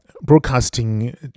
Broadcasting